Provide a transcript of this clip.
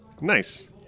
Nice